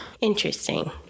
Interesting